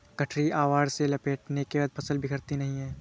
गठरी आवरण से लपेटने के बाद फसल बिखरती नहीं है